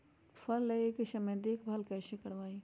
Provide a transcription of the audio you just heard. फल लगे के समय देखभाल कैसे करवाई?